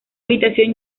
habitación